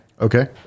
Okay